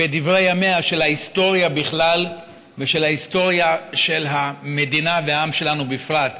בדברי ימיה של ההיסטוריה בכלל ושל ההיסטוריה של המדינה והעם שלנו בפרט.